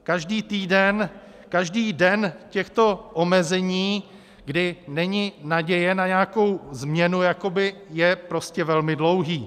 Každý týden, každý den těchto omezení, kdy není naděje na nějakou změnu, je prostě velmi dlouhý.